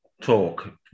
talk